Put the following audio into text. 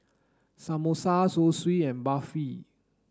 samosa Zosui and Barfi